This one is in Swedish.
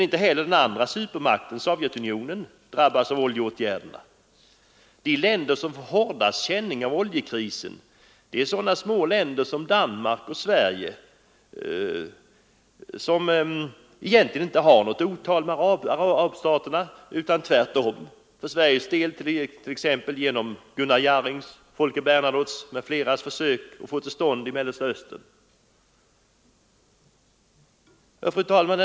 Inte heller den andra supermakten, Sovjetunionen, drabbas av oljeåtgärderna. De länder som hårdast känner av oljekrisen är sådana små länder som Danmark och Sverige, som egentligen inte har något otalt med arabstaterna. Tvärtom har Gunnar Jarring, Folke Bernadotte m.fl. försökt att få till stånd en lösning av Mellanösternkonflikten. Fru talman!